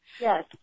Yes